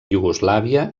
iugoslàvia